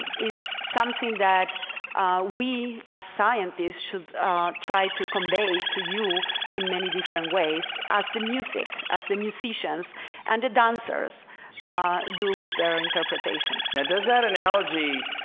is something that we as scientists should try to convey to you in many different ways as the music as the musicians and the dancers do with their interpretations. does that analogy?